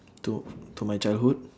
to to my childhood